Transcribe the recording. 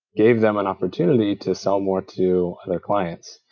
gave them an opportunity to sell more to clients.